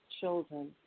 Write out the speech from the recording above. children